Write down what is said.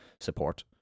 support